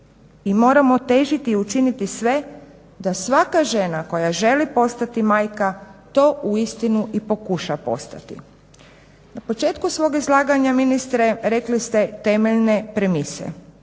i moramo težiti i učiniti sve da svaka žena koja želi postati majka to uistinu i pokuša postati. U početku svog izlaganja ministre rekli ste temeljne premise.